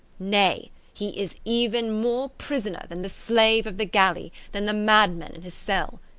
nay he is even more prisoner than the slave of the galley, than the madman in his cell.